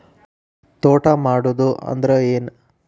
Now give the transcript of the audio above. ತೋಟ ಮಾಡುದು ಅಂದ್ರ ಏನ್?